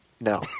no